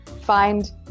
find